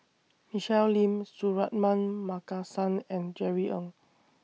Michelle Lim Suratman Markasan and Jerry Ng